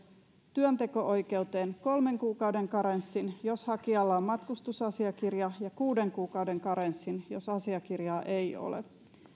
työnteko oikeuteen kolmen kuukauden karenssin jos hakijalla on matkustusasiakirja ja kuuden kuukauden karenssin jos asiakirjaa ei ole